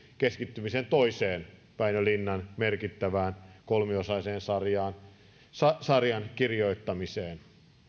keskittymisen väinö linnan merkittävän kolmiosaisen sarjan kirjoittamiseen